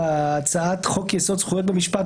בהצעת חוק יסוד: זכויות במשפט,